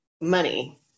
money